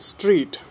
Street